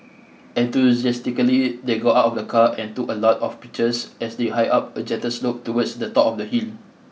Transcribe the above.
enthusiastically they got out of the car and took a lot of pictures as they hiked up a gentle slope towards the top of the hill